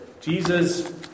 Jesus